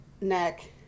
neck